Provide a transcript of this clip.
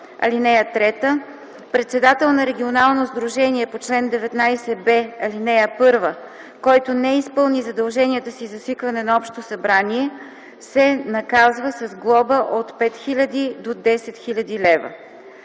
лв. (3) Председател на регионално сдружение по чл. 19б, ал. 1, който не изпълни задължението си за свикване на общо събрание, се наказва с глоба от 5000 до 10 000 лв.